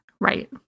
Right